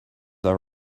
are